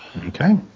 Okay